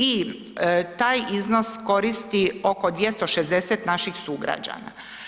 I taj iznos koristi oko 260 naših sugrađana.